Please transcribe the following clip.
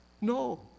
No